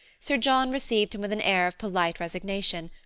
sir john received him with an air of polite resignation,